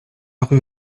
rue